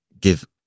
give